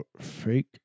fake